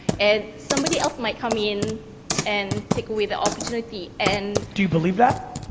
and somebody else might come in and take away the opportunity, and. do you believe that?